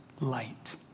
light